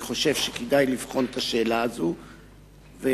אני חושב שכדאי לבחון את השאלה הזאת במידה